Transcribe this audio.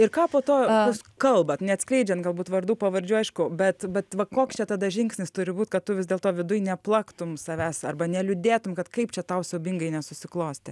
ir ką po to jūs kalbat neatskleidžiant galbūt vardų pavardžių aišku bet bet va koks čia tada žingsnis turi būt kad tu vis dėlto viduj neplaktum savęs arba neliūdėtum kad kaip čia tau siaubingai nesusiklostė